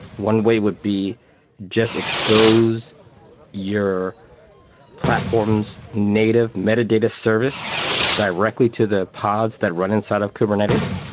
one way would be just expose your platform's native metadata service directly to the pods that run inside of kubernetes.